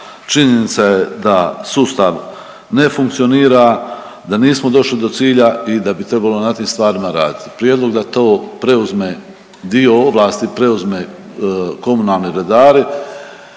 Činjenica je da sustav ne funkcionira, da nismo došli do cilja i da bi trebalo na tim stvarima radit. Prijedlog da to preuzme, dio ovlasti preuzme komunalni redari,